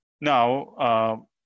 Now